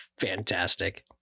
fantastic